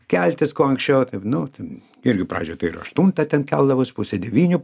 keltis kuo anksčiau taip nu ten irgi pradžioj tai ir aštuntą ten keldavaus pusę devynių